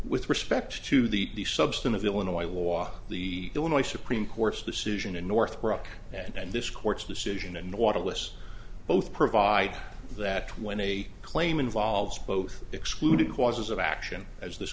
with respect to the substance of illinois law the illinois supreme court's decision in northbrook and this court's decision and waterless both provide that when a claim involves both excluded causes of action as this